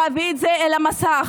להביא את זה אל המסך.